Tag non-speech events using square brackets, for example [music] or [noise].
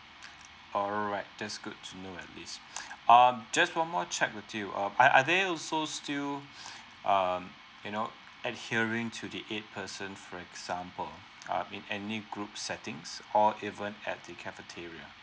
alright that's good to know at least [breath] um just one more check with you um are are there also still um you know adhering to the eight person for example uh in any group settings or even at the cafeteria